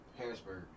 Harrisburg